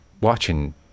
watching